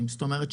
זאת אומרת,